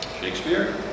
Shakespeare